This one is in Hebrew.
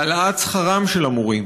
העלאת שכרם של המורים,